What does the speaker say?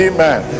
Amen